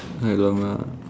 alamak